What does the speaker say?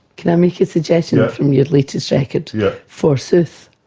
can i make a suggestion from your latest record? yes. forsooth.